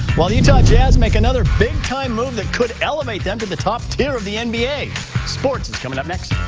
while the utah jazz make another big time move that could elevate them to the top tier of the and nba. sports is coming up next.